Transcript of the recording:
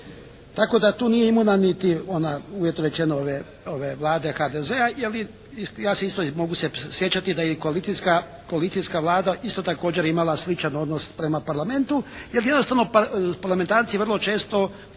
tako da tu nije imuna niti ona uvjetno rečeno Vlade HDZ-a, jer ja isto mogu se sjećati da je i koalicijska Vlada isto također imala sličan odnos prema Parlamentu jer jednostavno parlamentarci vrlo često